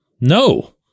no